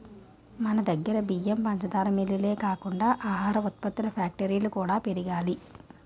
మనదగ్గర బియ్యం, పంచదార మిల్లులే కాకుండా ఆహార ఉత్పత్తుల ఫ్యాక్టరీలు కూడా పెరగాలి